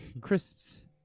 Crisps